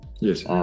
Yes